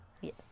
Yes